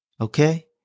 Okay